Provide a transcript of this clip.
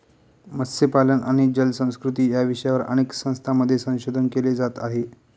मत्स्यपालन आणि जलसंस्कृती या विषयावर अनेक संस्थांमध्ये संशोधन केले जात आहे